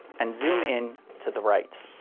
and zoom in to the right.